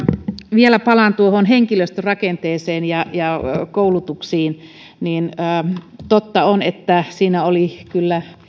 vielä palaan henkilöstörakenteeseen ja ja koulutuksiin totta on että siinä oli kyllä